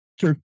Sure